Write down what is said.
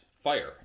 fire